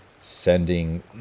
sending